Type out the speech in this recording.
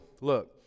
look